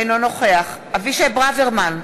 אינו נוכח אבישי ברוורמן,